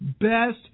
Best